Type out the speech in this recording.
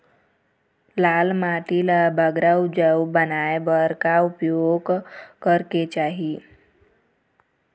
लाल माटी ला बगरा उपजाऊ बनाए बर का उपाय करेक चाही?